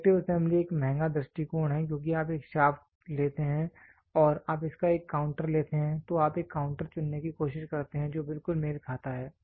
selective assembly एक महंगा दृष्टिकोण है क्योंकि आप एक शाफ्ट लेते हैं और आप इसका एक काउंटर लेते हैं तो आप एक काउंटर चुनने की कोशिश करते हैं जो बिल्कुल मेल खाता है